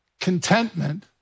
Contentment